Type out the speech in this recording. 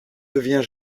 devient